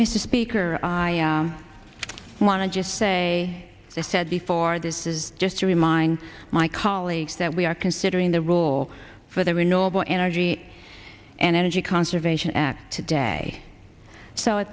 mr speaker i am i want to just say i said before this is just to remind my colleagues that we are considering the rule for that we know about energy and energy conservation act today so